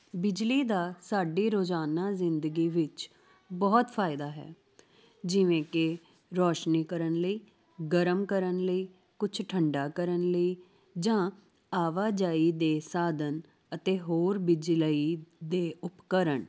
ਬਿਜਲੀ ਦਾ ਸਾਡੀ ਰੋਜ਼ਾਨਾ ਜ਼ਿੰਦਗੀ ਵਿੱਚ ਬਹੁਤ ਫਾਇਦਾ ਹੈ ਜਿਵੇਂ ਕਿ ਰੋਸ਼ਨੀ ਕਰਨ ਲਈ ਗਰਮ ਕਰਨ ਲਈ ਕੁਛ ਠੰਢਾ ਕਰਨ ਲਈ ਜਾਂ ਆਵਾਜਾਈ ਦੇ ਸਾਧਨ ਅਤੇ ਹੋਰ ਬਿਜਲਈ ਦੇ ਉਪਕਰਨ